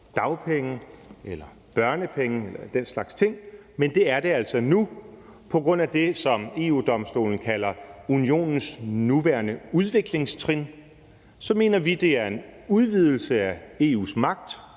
dagpenge eller børnepenge og den slags ting, men det er det altså nu på grund af det, som EU-Domstolen kalder unionens nuværende udviklingstrin, så mener vi, det er en udvidelse af EU's magt,